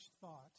thought